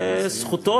וזכותו,